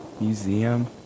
Museum